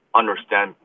understand